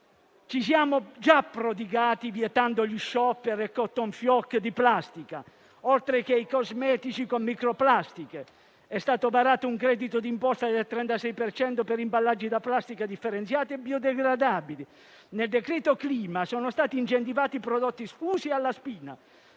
Ci siamo già prodigati vietando *shopper* e *cotton fioc* di plastica, oltreché i cosmetici con microplastiche. È stato varato un credito d'imposta del 36 per cento per imballaggi in plastica differenziata e biodegradabili. Nel decreto clima sono stati incentivati i prodotti sfusi e alla spina,